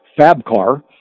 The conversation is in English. Fabcar